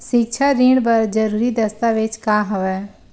सिक्छा ऋण बर जरूरी दस्तावेज का हवय?